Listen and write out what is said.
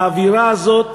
האווירה הזאת